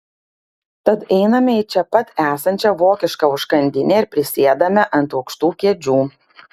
tad einame į čia pat esančią vokišką užkandinę ir prisėdame ant aukštų kėdžių